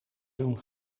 doen